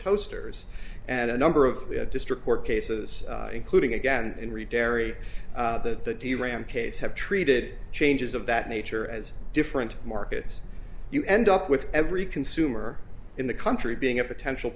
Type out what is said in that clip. toasters and a number of district court cases including again in re dairy the do you ram case have treated changes of that nature as different markets you end up with every consumer in the country being a potential